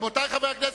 רבותי חברי הכנסת,